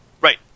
Right